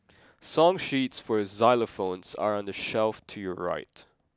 song sheets for xylophones are on the shelf to your right